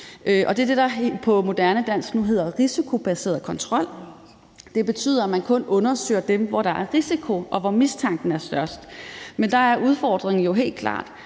Det er det, der på moderne dansk nu hedder: risikobaseret kontrol. Det betyder, at man kun undersøger dem, hvor der er risiko, og hvor mistanken er størst. Men der er udfordringen jo helt klart: